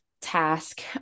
task